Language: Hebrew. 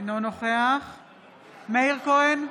אינו נוכח מאיר כהן,